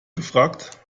gefragt